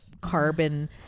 carbon